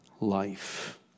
life